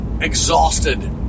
exhausted